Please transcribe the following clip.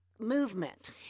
Movement